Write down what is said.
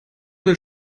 will